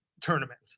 tournament